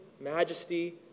majesty